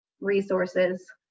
resources